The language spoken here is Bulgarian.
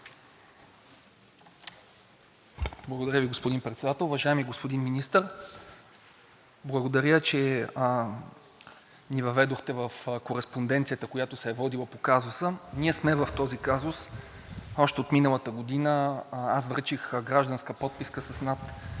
Благодаря Ви, господин Председател. Уважаеми господин Министър, благодаря, че ни въведохте в кореспонденцията, която се е водила по казуса. Ние сме в този казус още от миналата година. Връчих гражданска подписка с над